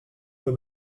peu